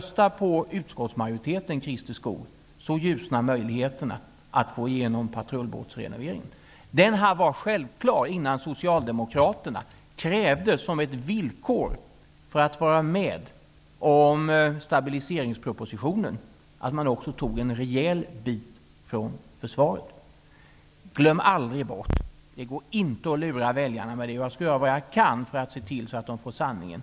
Skoog, så ökar möjligheterna att få igenom patrullbåtsrenoveringen. Den var självklar innan Socialdemokraterna krävde som ett villkor för att vara med om stabiliseringspropositionen att man också tog en rejäl bit av försvarets budget. Glöm aldrig bort att det inte går att lura väljarna! Jag skall göra vad jag kan för att se till att de får veta sanningen.